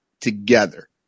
together